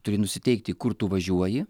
turi nusiteikti kur tu važiuoji